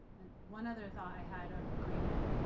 and one other thought i had at of agreement